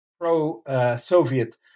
pro-Soviet